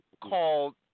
called